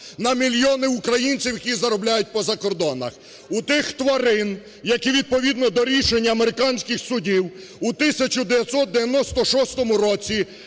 на мільйони українців, які заробляють по закордонах; у тих тварин, які відповідно до рішення американських судів у 1996 році